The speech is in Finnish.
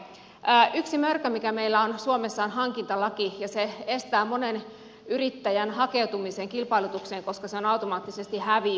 yksi mörkö mikä meillä on suomessa on hankintalaki ja se estää monen yrittäjän hakeutumisen kilpailutukseen koska se on automaattisesti häviö